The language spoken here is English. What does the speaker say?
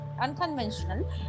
unconventional